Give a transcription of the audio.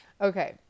Okay